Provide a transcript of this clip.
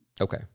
Okay